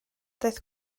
daeth